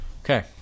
Okay